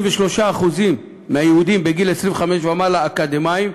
33% מהיהודים בגיל 25 ומעלה אקדמאים,